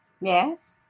Yes